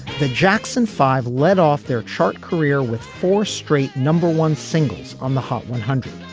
the jackson five let off their chart career with four straight number one singles on the hot one hundred.